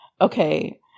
okay